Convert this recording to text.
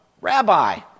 Rabbi